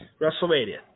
WrestleMania